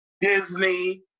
Disney